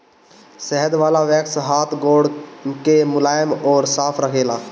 शहद वाला वैक्स हाथ गोड़ के मुलायम अउरी साफ़ रखेला